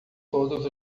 todos